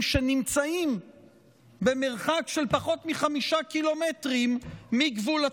שנמצאים במרחק של פחות מחמישה קילומטרים מגבול הצפון.